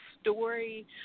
story